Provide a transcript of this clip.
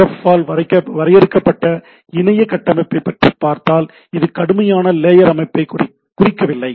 F ஆல் வரையறுக்கப்பட்ட இணைய கட்டமைப்பைப் பற்றி பார்த்தால் இது கடுமையான லேயர் அமைப்பை குறிக்கவில்லை